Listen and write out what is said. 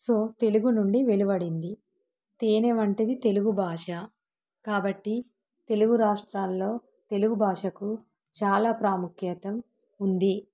so Telugu నుండి విలువడింది తేనే వంటిది తెలుగు భాష కాబట్టి తెలుగు రాష్ట్రాల్లో తెలుగు భాషకు చాలా ప్రాముఖ్యతం ఉంది